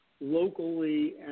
locally